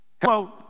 Hello